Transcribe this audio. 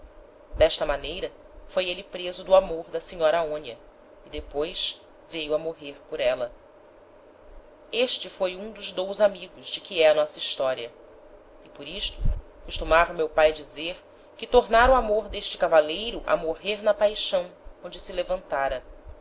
d'esta maneira foi êle preso do amor da senhora aonia e depois veio a morrer por éla este foi um dos dous amigos de que é a nossa historia e por isto costumava meu pae dizer que tornára o amor d'este cavaleiro a morrer na paixão onde se levantára